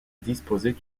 disposait